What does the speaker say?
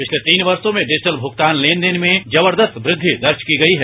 पिछले तीन वर्षो में डिजिटल भुगतान लेनदेन में जबरदस्त वृद्धि दर्ज की गई है